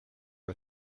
are